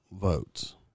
votes